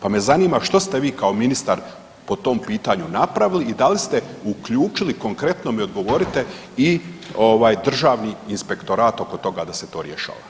Pa me zanima što ste vi kao ministar po tom pitanju napravili i da li ste uključili, konkretno mi odgovorite i ovaj državni inspektorat oko toga da se to rješava?